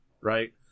Right